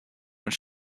when